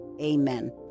Amen